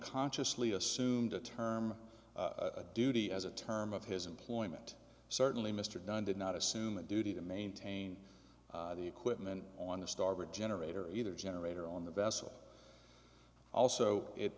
consciously assumed a term of duty as a term of his employment certainly mr dunn did not assume a duty to maintain the equipment on the starboard generator either generator on the vessel also i